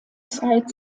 zeit